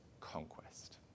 conquest